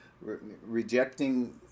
rejecting